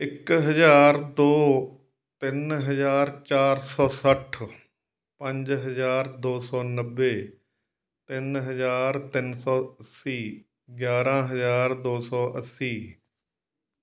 ਇੱਕ ਹਜ਼ਾਰ ਦੋ ਤਿੰਨ ਹਜ਼ਾਰ ਚਾਰ ਸੌ ਸੱਠ ਪੰਜ ਹਜ਼ਾਰ ਦੋ ਸੌ ਨੱਬੇ ਤਿੰਨ ਹਜ਼ਾਰ ਤਿੰਨ ਸੌ ਅੱਸੀ ਗਿਆਰ੍ਹਾਂ ਹਜ਼ਾਰ ਦੋ ਸੌ ਅੱਸੀ